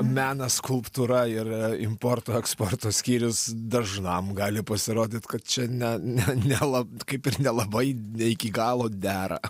menas skulptūra ir importo eksporto skyrius dažnam gali pasirodyt kad čia ne ne nelab kaip ir nelabai ne iki galo dera